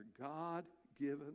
God-given